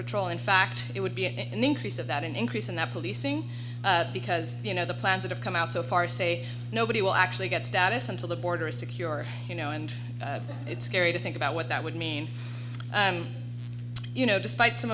patrol in fact it would be an increase of that an increase in the policing because you know the plans that have come out so far say nobody will actually get status until the border is secure you know and it's scary to think about what that would mean you know despite some